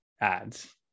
ads